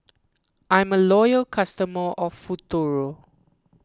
I'm a loyal customer of Futuro